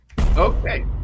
okay